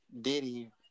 Diddy